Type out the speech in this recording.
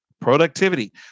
productivity